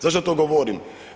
Zašto to govorim?